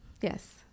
yes